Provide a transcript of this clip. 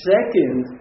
Second